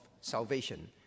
salvation